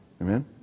Amen